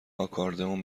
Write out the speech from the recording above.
آکاردئون